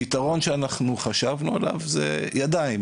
הפתרון שחשבנו עליו זה ידיים,